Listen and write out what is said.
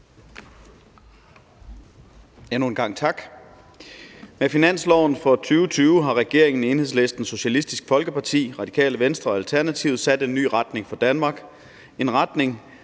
Endnu en gang tak. Med finansloven for 2020 har regeringen, Enhedslisten, Socialistisk Folkeparti, Radikale Venstre og Alternativet sat en ny retning for Danmark